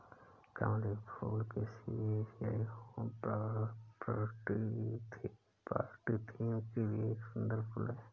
कमल का फूल किसी भी एशियाई होम पार्टी थीम के लिए एक सुंदर फुल है